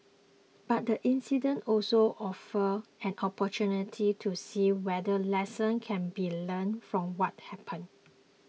but the incident also offered an opportunity to see whether lessons can be learned from what happened